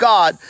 God